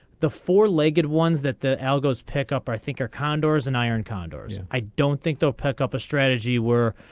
the four legged ones that the l. goes pick up i think our condors in iron condors. i don't think they'll pick up a strategy where.